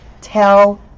Tell